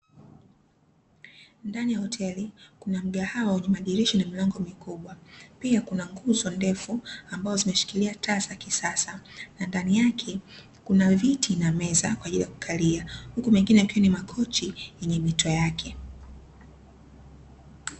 Ndani ya hoteli kuna mgahawa wenye madirisha na milango mikubwa, pia kuna nguzo ndefu ambazo zimeshikilia taa za kisasa, na ndani yake kuna viti na meza kwa ajili ya kukalia huku mengine yakiwa ni makochi yenye mito yake.